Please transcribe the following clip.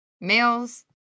Males